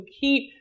keep